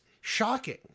shocking